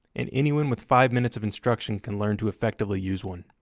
and anyone with five minutes of instruction can learn to effectively use one.